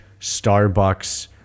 starbucks